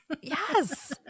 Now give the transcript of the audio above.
Yes